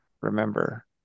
remember